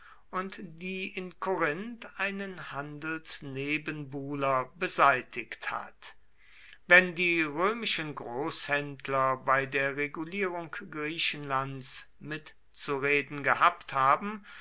und die in korinth einen handelsnebenbuhler beseitigt hat wenn die römischen großhändler bei der regulierung griechenlands mit zureden gehabt haben